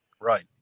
Right